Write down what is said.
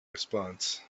response